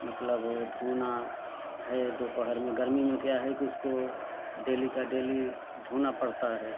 मतलब धोना है दोपहर में गर्मी में क्या है कि उसको डेली का डेली धोना पड़ता है